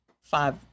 five